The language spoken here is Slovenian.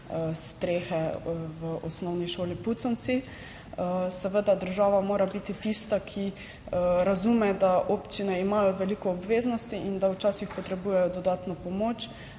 strehe v Osnovni šoli Puconci. Seveda država mora biti tista, ki razume, da občine imajo veliko obveznosti, in da včasih potrebujejo dodatno pomoč,